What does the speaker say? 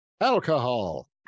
alcohol